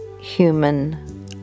human